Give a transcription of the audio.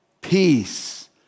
peace